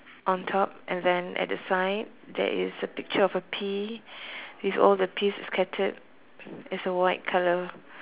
on top and then at the side there is a picture of a pea with all the peas scattered as a white colour